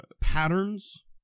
patterns